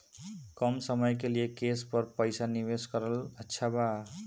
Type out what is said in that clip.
कम समय के लिए केस पर पईसा निवेश करल अच्छा बा?